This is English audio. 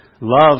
love